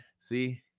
See